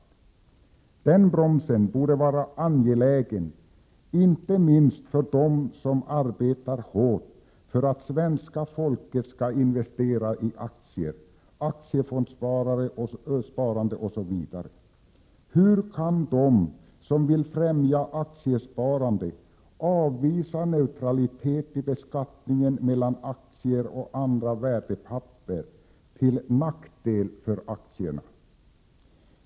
En sådan bromsning borde vara angelägen för inte minst dem som arbetar hårt för att svenska folket skall investera i aktier, aktiefondssparande osv. Hur kan de som vill främja aktiesparande avvisa neutralitet i beskattningen mellan aktier och andra värdepapper till nackdel för aktierna?